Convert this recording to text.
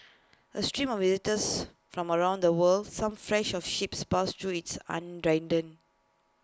A stream of visitors from around the world some fresh off ships passed through it's on